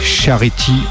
Charity